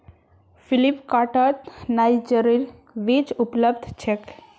फ्लिपकार्टत नाइजरेर बीज उपलब्ध छेक